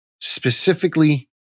specifically